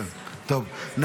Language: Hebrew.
כנוסח הוועדה.